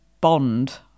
bond